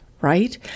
Right